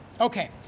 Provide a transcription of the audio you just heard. Okay